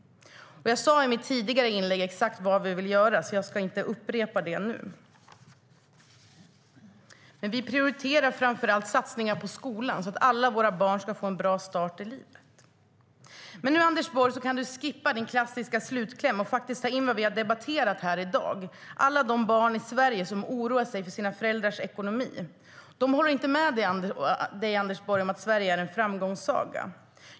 Jag sade i mitt tidigare inlägg exakt vad vi vill göra, så jag ska inte upprepa det. Men vi prioriterar satsningar på skolan så att alla våra barn ska få en bra start i livet. Du kan skippa din klassiska slutkläm, Anders Borg, och ta in vad vi har debatterat i dag. Alla de barn i Sverige som oroar sig för sina föräldrars ekonomi håller inte med dig om att Sverige är en framgångssaga.